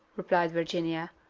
replied virginia,